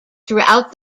throughout